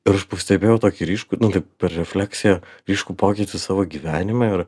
ir aš pastebėjau tokį ryškų kaip per refleksiją ryškų pokytį savo gyvenime ir